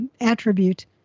attribute